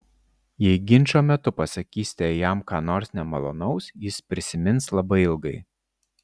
jei ginčo metu pasakysite jam ką nors nemalonaus jis prisimins labai ilgai